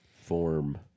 form